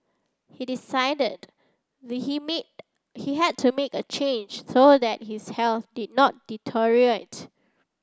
he decided he had to make a change so that his health did not